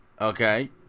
Okay